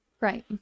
Right